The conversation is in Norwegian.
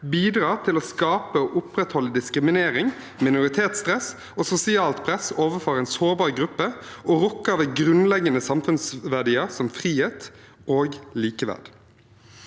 bidrar til å skape og opprettholde diskriminering, minoritetsstress og sosialt press overfor en sårbar gruppe, og rokker ved grunnleggende samfunnsverdier som frihet og likeverd.